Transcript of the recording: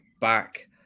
back